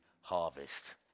harvest